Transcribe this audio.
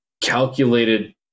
calculated